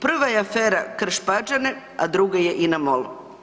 Prva je afera Krš-Pađene, a druga je INA-MOL.